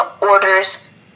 order's